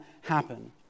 happen